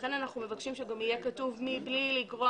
ולכן אנחנו מבקשים שגם יהיה כתוב "מבלי לגרוע